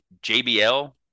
JBL